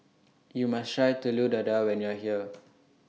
YOU must Try Telur Dadah when YOU Are here